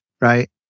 right